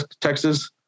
Texas